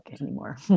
anymore